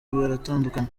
baratandukana